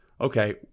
Okay